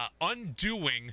undoing